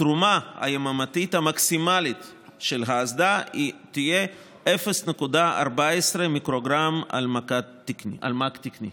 התרומה היממתית המקסימלית של האסדה תהיה 0.14 מיקרוגרם על מ"ק תקני.